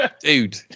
dude